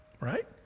Right